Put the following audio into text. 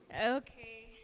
Okay